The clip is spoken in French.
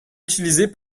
utilisée